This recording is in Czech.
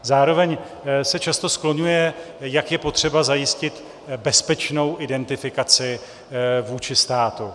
Zároveň se často skloňuje, jak je potřeba zajistit bezpečnou identifikaci vůči státu.